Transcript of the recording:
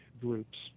groups